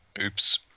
Oops